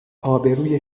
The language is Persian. آبروی